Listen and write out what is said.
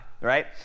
right